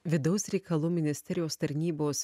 vidaus reikalų ministerijos tarnybos